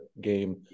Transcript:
game